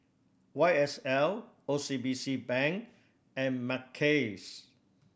Y S L O C B C Bank and Mackays